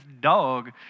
dog